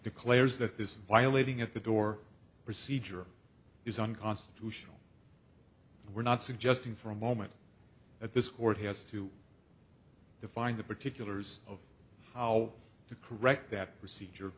declares that this is violating at the door procedure is unconstitutional and we're not suggesting for a moment at this court has to define the particulars of how to correct that procedure